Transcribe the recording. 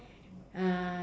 uh